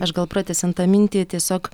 aš gal pratęsiant tą mintį tiesiog